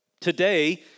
Today